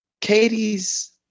Katie's